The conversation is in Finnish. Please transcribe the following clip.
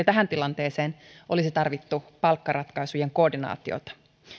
tähän tilanteeseen olisi tarvittu palkkaratkaisujen koordinaatiota